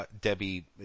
Debbie